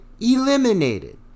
eliminated